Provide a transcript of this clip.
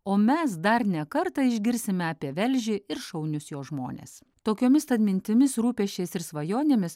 o mes dar ne kartą išgirsime apie velžį ir šaunius jo žmones tokiomis tad mintimis rūpesčiais ir svajonėmis